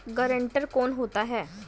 Guarantor कौन होता है?